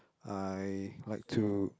I like to